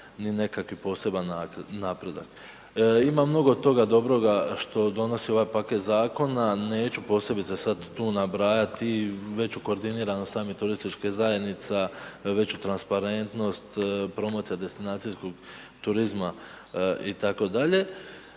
ni nekakav poseban napredak. Ima mnogo toga dobroga što donosi ovaj paket zakona. Neću posebice sada tu nabrajati. Veću koordiniranost samih turističkih zajednica, veću transparentnost, promocija destinacijskog turizma itd.